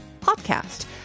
podcast